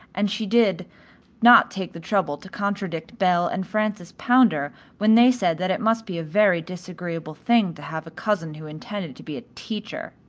and she did not take the trouble to contradict belle and frances pounder when they said that it must be a very disagreeable thing to have a cousin who intended to be a teacher.